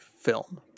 film